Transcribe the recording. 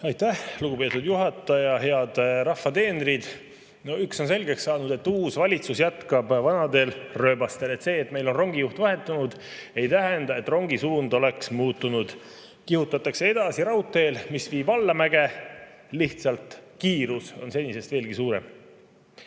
Aitäh, lugupeetud juhataja! Head rahva teenrid! Üks on selgeks saanud: uus valitsus jätkab vanadel rööbastel. See, et meil on rongijuht vahetunud, ei tähenda, et rongi suund oleks muutunud. Kihutatakse edasi raudteel, mis viib allamäge, lihtsalt kiirus on senisest veelgi